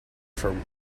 from